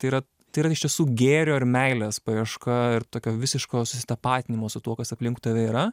tai yra tai yra iš tiesų gėrio ir meilės paieška ir tokio visiško susitapatinimo su tuo kas aplink tave yra